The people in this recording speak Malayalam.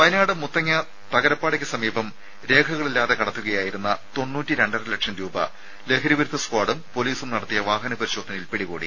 വയനാട് മുത്തങ്ങ തകരപ്പാടിയ്ക്ക് സമീപം രേഖകളില്ലാതെ കടത്തുകയായിരുന്ന തൊണ്ണൂറ്റി രണ്ടര ലക്ഷം രൂപ ലഹരി വിരുദ്ധ സ്ക്വാഡും പൊലീസും നടത്തിയ വാഹന പരിശോധനയിൽ പിടികൂടി